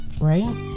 right